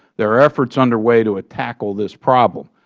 there are efforts under way to tackle this problem.